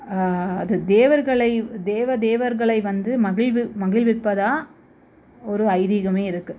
அது தேவர்களை தேவ தேவர்களை வந்து மகிழ்வு மகிழ்விப்பதா ஒரு ஐதீகமே இருக்குது